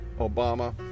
Obama